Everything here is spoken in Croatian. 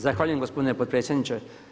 Zahvaljujem gospodine potpredsjedniče.